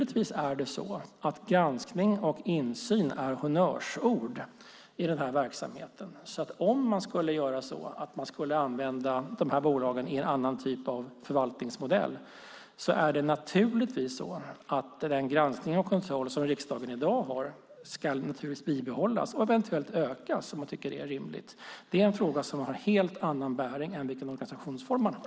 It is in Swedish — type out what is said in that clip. Granskning och insyn är naturligtvis honnörsord i verksamheten. Om man skulle använda dessa bolag i en annan typ av förvaltningsmodell ska den granskning och kontroll som riksdagen i dag gör bibehållas och eventuellt ökas, om man tycker att det är rimligt. Det är en fråga som har helt annan bäring än vilken organisationsform man har.